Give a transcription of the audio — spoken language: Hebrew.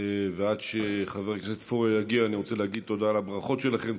ועד שחבר הכנסת פורר יגיע אני רוצה להגיד תודה על הברכות שלכם.